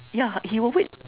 yeah he will wait